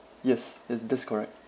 yes that that's correct